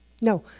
No